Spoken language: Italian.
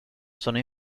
sono